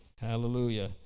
Hallelujah